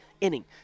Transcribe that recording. inning